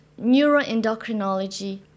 neuroendocrinology